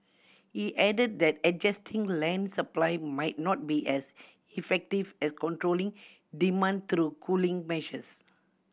he added that adjusting land supply might not be as effective as controlling demand through cooling measures